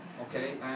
Okay